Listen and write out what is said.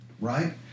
right